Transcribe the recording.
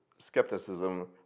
skepticism